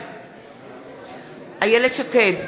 בעד איילת שקד,